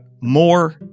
more